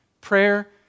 Prayer